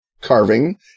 carving